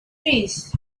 trees